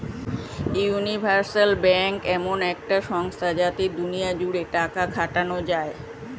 universal bank এমন এক সংস্থা যাতে দুনিয়া জুড়ে টাকা খাটানো যায়